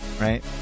right